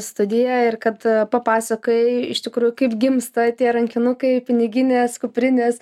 studiją ir kad papasakojai iš tikrųjų kaip gimsta tie rankinukai piniginės kuprinės